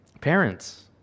Parents